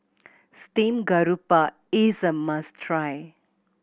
steamed grouper is a must try